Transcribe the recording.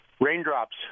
Raindrops